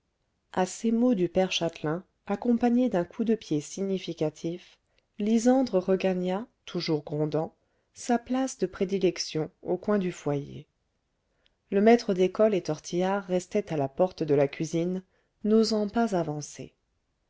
à ces mots du père châtelain accompagnés d'un coup de pied significatif lysandre regagna toujours grondant sa place de prédilection au coin du foyer le maître d'école et tortillard restaient à la porte de la cuisine n'osant pas avancer